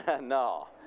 No